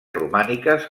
romàniques